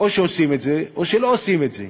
או שעושים את זה או שלא עושים את זה.